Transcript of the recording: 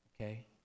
Okay